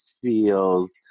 feels